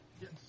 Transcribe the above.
Yes